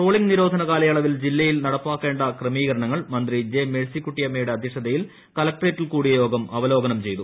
trawling നിരോധന കാലയളവിൽ ജില്ലയിൽ നടപ്പിലാക്കേണ്ട ക്രമീകരണങ്ങൾ മന്ത്രി ജെ മേഴ്സിക്കുട്ടിയമ്മയുടെ അധ്യക്ഷതയിൽ കലക്ട്രേറ്റിൽ കൂടിയ യോഗം അവലോകനം ചെയ്തു